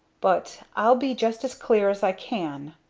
but i'll be just as clear as i can.